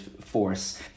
force